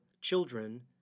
children